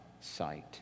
sight